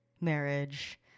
marriage